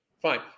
fine